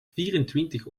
vierentwintig